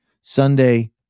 Sunday